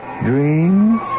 dreams